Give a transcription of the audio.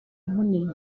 munini